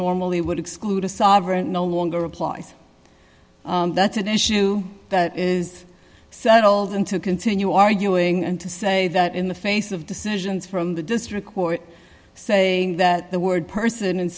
normally would exclude a sovereign no longer applies that's an issue that is settled and to continue arguing and to say that in the face of decisions from the district court saying that the word person and